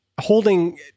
holding